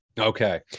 Okay